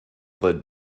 led